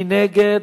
מי נגד?